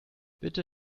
bitte